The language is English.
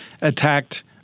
attacked